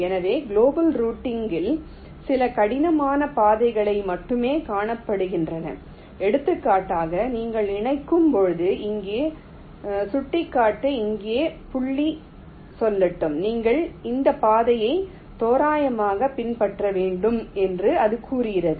எனவே குளோபல் ரூட்டிங்கில் சில கடினமான பாதைகள் மட்டுமே காண்பிக்கப்படுகின்றன எடுத்துக்காட்டாக நீங்கள் இணைக்கும்போது இங்கே சுட்டிக்காட்ட இங்கே புள்ளி சொல்லட்டும் நீங்கள் இந்த பாதையை தோராயமாக பின்பற்ற வேண்டும் என்று அது கூறுகிறது